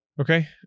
Okay